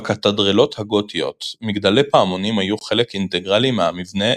בקתדרלות הגותיות מגדלי פעמונים היו חלק אינטגרלי מהמבנה